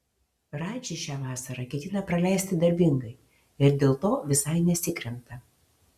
radži šią vasarą ketina praleisti darbingai ir dėl to visai nesikremta